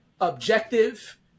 objective